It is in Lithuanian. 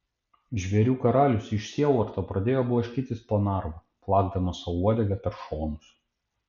žvėrių karalius iš sielvarto pradėjo blaškytis po narvą plakdamas sau uodega per šonus